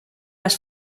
las